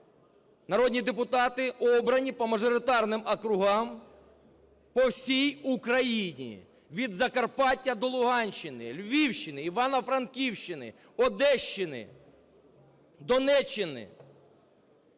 народні депутати, обрані по мажоритарним округам по всій Україні: від Закарпаття до Луганщини, Львівщини, Івано-Франківщини, Одещини, Донеччини.